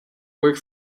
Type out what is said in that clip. work